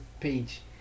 page